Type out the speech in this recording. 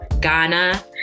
Ghana